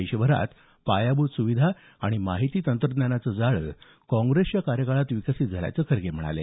देशभरात पायाभूत सुविधा आणि माहिती तंत्रज्ञानाचं जाळं काँग्रेसच्या कार्यकाळात विकसित झाल्याचं खरगे म्हणाले